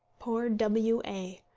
poor w a!